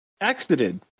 exited